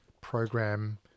program